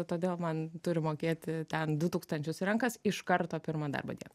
todėl man turi mokėti ten du tūkstančius į rankas iš karto pirmą darbo dieną